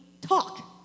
talk